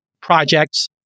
projects